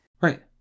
Right